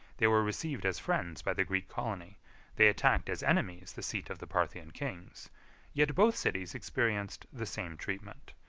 they were received as friends by the greek colony they attacked as enemies the seat of the parthian kings yet both cities experienced the same treatment.